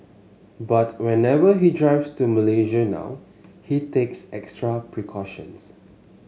but whenever he drives to Malaysia now he takes extra precautions